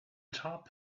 top